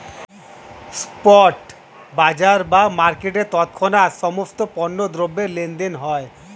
spot বাজার বা মার্কেটে তৎক্ষণাৎ সমস্ত পণ্য দ্রব্যের লেনদেন হয়